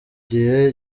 gihe